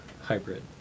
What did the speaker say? hybrid